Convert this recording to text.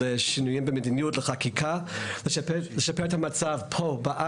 על שינויים במדיניות ועל חקיקה,